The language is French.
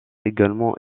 également